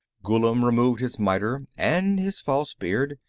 ghullam removed his miter and his false beard,